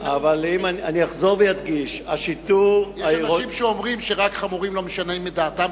אבל יש אנשים שאומרים שרק חמורים לא משנים את דעתם,